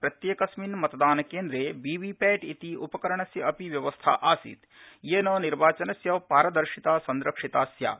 प्रत्येकस्मिन् मतदानकेन्द्रे वीवीपैट इति उपकरणस्य अपि व्यवस्था आसीत् येन निर्वाचनस्य पारिदर्शिता संरक्षिता स्यात्